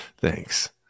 Thanks